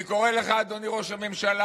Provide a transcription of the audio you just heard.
אני קורא לך, אדוני ראש הממשלה,